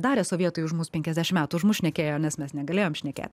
darė sovietai už mus penkiasdešim metų už mus šnekėjo nes mes negalėjom šnekėt